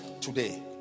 Today